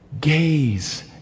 Gaze